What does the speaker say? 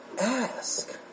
ask